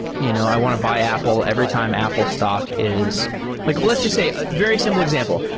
you know i want to buy apple every time apple stock is like let's just say a very simple example.